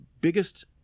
biggest